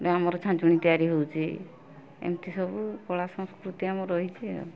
ଆମର ଛାଞ୍ଚୁଣି ତିଆରି ହଉଛି ଏମିତି ସବୁ କଳା ସଂସ୍କୃତି ଆମର ରହିଛି ଆଉ